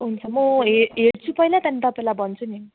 हुन्छ म हेर्छु पहिला त्यहाँदेखि तपाईँलाई भन्छु नि